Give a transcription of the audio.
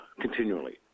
continually